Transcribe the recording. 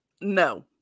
no